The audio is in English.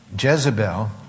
Jezebel